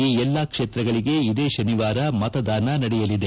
ಈ ಎಲ್ಲಾ ಕ್ಷೇತ್ರಗಳಿಗೆ ಇದೇ ಶನಿವಾರ ಮತದಾನ ನಡೆಯಲಿದೆ